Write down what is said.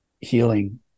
healing